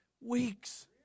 weeks